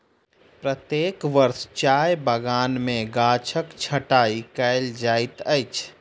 प्रत्येक वर्ष चाय बगान में गाछक छंटाई कयल जाइत अछि